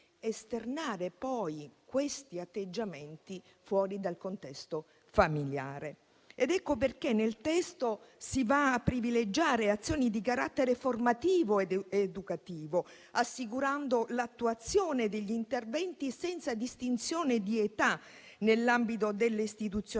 questi atteggiamenti fuori dal contesto familiare. Ecco perché nel testo si vanno a privilegiare azioni di carattere formativo ed educativo, assicurando l'attuazione degli interventi senza distinzione di età nell'ambito delle istituzioni